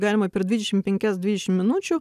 galima per dvidešim penkias dvidešim minučių